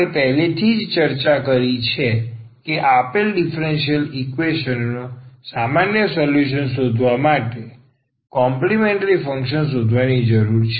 આપણે પહેલેથી જ ચર્ચા કરી છે કે આપેલ ડીફરન્સીયલ ઈકવેશન નો સામાન્ય સોલ્યુશન શોધવા માટે કોમ્પલિમેન્ટ્રી ફંક્શન શોધવાની જરૂર છે